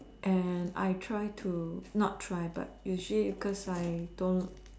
and I try to not try but usually because I don't